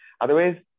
otherwise